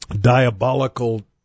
diabolical